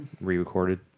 re-recorded